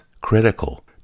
critical